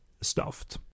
stuffed